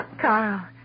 Carl